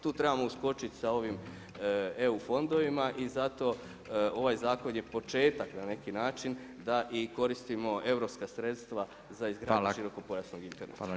Tu trebamo uskočiti sa ovim EU fondovima i zato ovaj zakon je početak, na neki način da i koristimo europska sredstva za izgradnju širokopojasnog interneta.